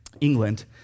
England